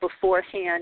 beforehand